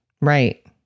Right